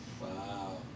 Wow